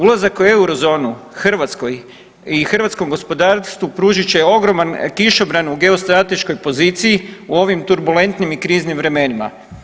Ulazak u euro zonu Hrvatskoj i hrvatskom gospodarstvu pružit će ogroman kišobran u geostrateškoj poziciji u ovim turbulentnim i kriznim vremenima.